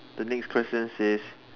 the next questions says